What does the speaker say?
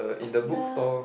the